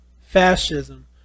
fascism